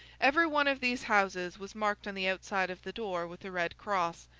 every one of these houses was marked on the outside of the door with a red cross,